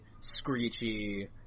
screechy